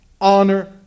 honor